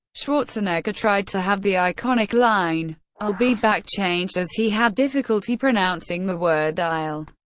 schwarzenegger tried to have the iconic line i'll be back changed as he had difficulty pronouncing the word i'll.